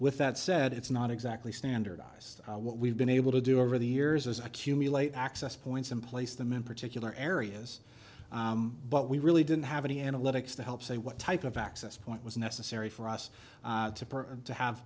with that said it's not exactly standardized what we've been able to do over the years is accumulate access points and place them in particular areas but we really didn't have any analytics to help say what type of access point was necessary for us to have